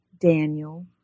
Daniel